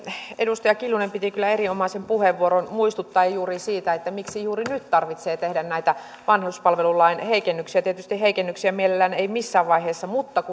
edustaja kiljunen käytti kyllä erinomaisen puheenvuoron muistuttaen juuri siitä miksi juuri nyt tarvitsee tehdä näitä vanhuspalvelulain heikennyksiä tietysti heikennyksiä mielellään ei missään vaiheessa mutta